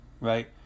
right